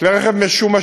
כלי רכב משומשים